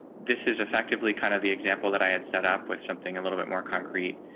this is effectively kind of the example that i had set up with something a little bit more concrete,